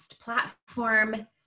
platform